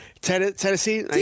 Tennessee